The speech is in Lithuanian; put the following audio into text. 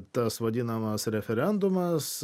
tas vadinamas referendumas